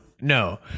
no